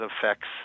affects